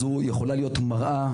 זו יכולה להיות מראה,